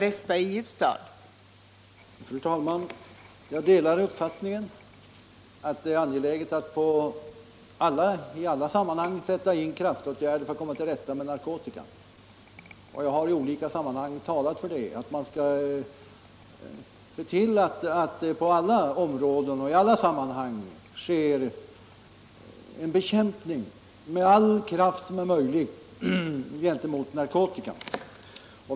Fru talman! Jag delar uppfattningen att det är angeläget att i alla sammanhang sätta in kraftåtgärder för att bekämpa narkotikan. Jag har många gånger talat för att man skall se till att det på alla områden sker en bekämpning med all den kraft som är möjlig gentemot narkotikan.